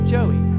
Joey